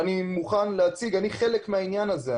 אני חלק מהעניין הזה.